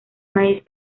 maíz